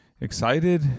excited